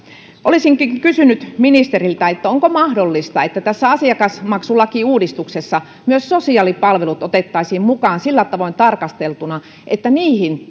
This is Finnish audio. olisinkin kysynyt ministeriltä onko mahdollista että tässä asiakasmaksulakiuudistuksessa myös sosiaalipalvelut otettaisiin mukaan sillä tavoin tarkasteltuna että niihin